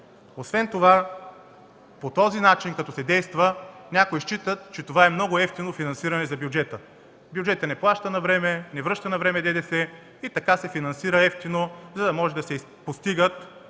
действа по този начин, някои считат, че това е много евтино финансиране за бюджета – бюджетът не плаща навреме, не връща навреме ДДС и така се финансира евтино, за да се постигат